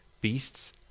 beasts